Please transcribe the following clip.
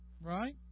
Right